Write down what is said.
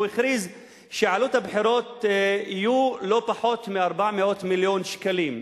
הוא הכריז שעלות הבחירות תהיה לא פחות מ-400 מיליון שקלים.